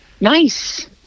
Nice